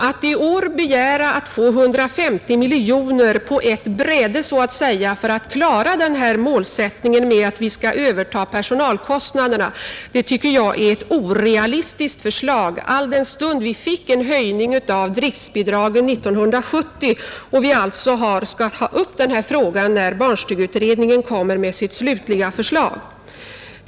Att i år begära ”på ett bräde” 150 miljoner kronor för att klara ett övertagande av personalkostnaderna för barnstugeverksamheten, anser jag vara orealistiskt, fru Marklund, alldenstund vi år 1970 fick en höjning av driftbidraget och avser att ta upp frågan, när barnstugeutredningen kommer med sitt slutliga förslag.